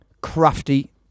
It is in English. Crafty